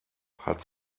hat